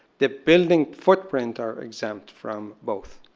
the building foot print are exempt from both.